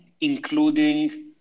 including